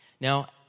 Now